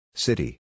City